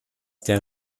der